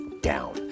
down